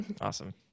Awesome